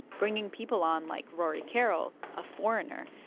bringing people on like rory carroll, a foreigner,